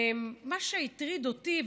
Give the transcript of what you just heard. מה שהטריד אותי,